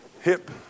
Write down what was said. hip